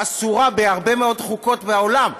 אסורה בהרבה מאוד חוקות בעולם,